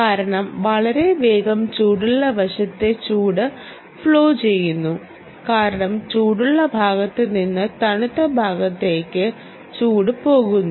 കാരണം വളരെ വേഗം ചൂടുള്ള വശത്തെ ചൂട് ഫ്ലോ ചെയ്യുന്നു കാരണം ചൂടുള്ള ഭാഗത്ത് നിന്ന് തണുത്ത ഭാഗത്തേക്ക് ചൂട് പോകുന്നു